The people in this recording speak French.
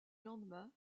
lendemain